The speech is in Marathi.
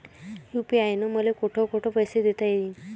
यू.पी.आय न मले कोठ कोठ पैसे देता येईन?